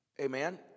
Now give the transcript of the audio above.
Amen